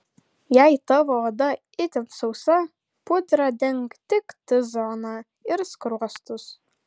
jei tavo oda itin sausa pudra denk tik t zoną ir skruostus